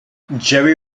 jerry